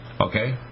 Okay